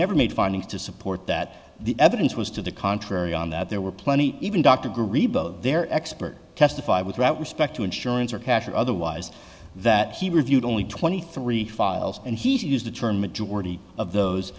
never made findings to support that the evidence was to the contrary on that there were plenty even dr greebo of their expert testified with respect to insurance or cash or otherwise that he reviewed only twenty three files and he used the term majority of those